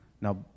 Now